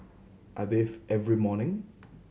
I bathe every morning